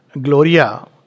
Gloria